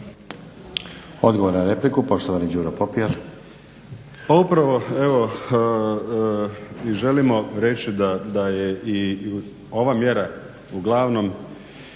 Odgovor na repliku, poštovani Đuro Popijač.